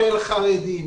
חרדים.